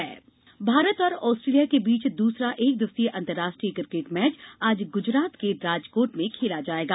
cricket Bharat और Australia के बीच दूसरा एकदिवसीय अंतरराष्ट्रीय क्रिकेट मैच आज गुजरात के राजकोट में खेला जाएगा